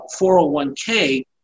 401k